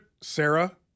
Sarah